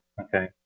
Okay